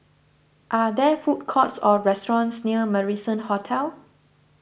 are there food courts or restaurants near Marrison Hotel